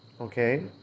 Okay